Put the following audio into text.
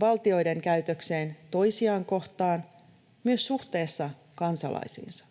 valtioiden käytökseen toisiaan kohtaan myös suhteessa kansalaisiinsa.